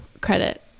credit